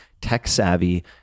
tech-savvy